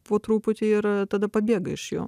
po truputį ir tada pabėga iš jų